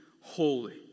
holy